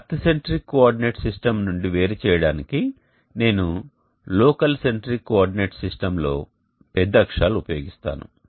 earth centric coordinate system నుండి వేరు చేయడానికి నేను లోకల్ సెంట్రిక్ కోఆర్డినేట్ సిస్టమ్ లో పెద్ద అక్షరాలు ఉపయోగిస్తాను